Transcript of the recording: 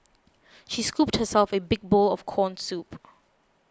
she scooped herself a big bowl of Corn Soup